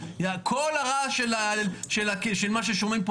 כל הרעש של מה ששומעים פה,